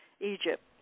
Egypt